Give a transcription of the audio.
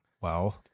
Wow